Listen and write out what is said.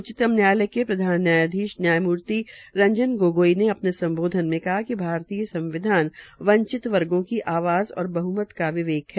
उच्चतम न्यायालय के प्रधान नयायाधीश न्यायमूर्ति रंजन गगोई ने अपने सम्बोधन में कहा कि भारतीय संविधान वंचित वर्गो की आवाज़ और बहमत का विवेक है